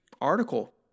article